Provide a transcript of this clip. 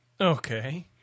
Okay